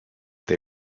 they